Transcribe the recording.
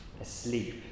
asleep